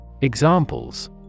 Examples